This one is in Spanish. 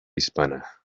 hispana